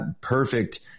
perfect